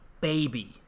baby